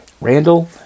Randall